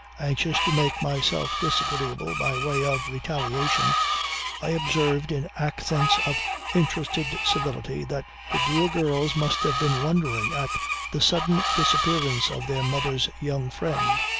anxious to make myself disagreeable by way of retaliation i observed in accents of interested civility that the dear girls must have been wondering at the sudden disappearance of their mother's young friend.